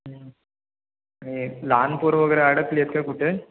आणि लहान पोरं वगैरे अडकलेत काय कुठे